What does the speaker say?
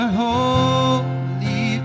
holy